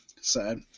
Sad